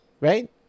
right